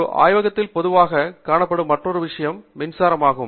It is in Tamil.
ஒரு ஆய்வகத்தில் பொதுவாகக் காணப்படும் மற்றொரு விஷயம் மின்சாரம் ஆகும்